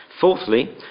Fourthly